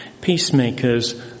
peacemakers